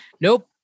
Nope